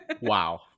wow